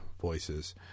voices